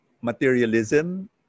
materialism